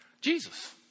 Jesus